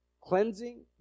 cleansing